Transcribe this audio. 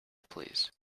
please